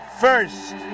first